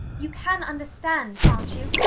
you can understand, cant you,